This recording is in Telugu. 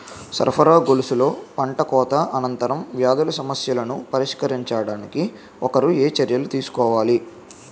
సరఫరా గొలుసులో పంటకోత అనంతర వ్యాధుల సమస్యలను పరిష్కరించడానికి ఒకరు ఏ చర్యలు తీసుకోవాలి?